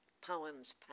poems